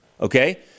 okay